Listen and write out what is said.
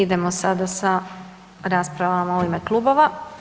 I idemo sada sa raspravama u ime klubova.